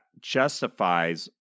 justifies